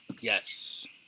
Yes